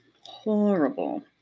horrible